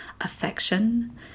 affection